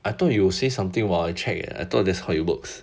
I thought you'll say something while I check eh I thought that's how it works